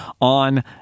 on